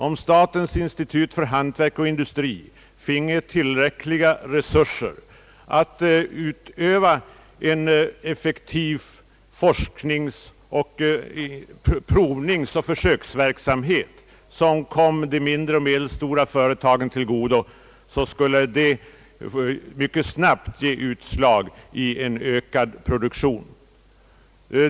Om statens institut för hantverk och industri finge tillräckliga resurser att utöva en effektiv provningsoch försöksverksamhet som kunde komma de mindre och medelstora företagen till .godo skulle detta mycket snabbt ge utslag i en ökad produktion.